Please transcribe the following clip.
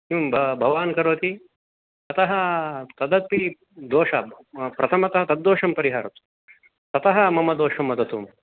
किं भ भवान् करोति अतः तदपि दोषः प्रथमतः तद्दोषं परिहरतु ततः मम दोषं वदतु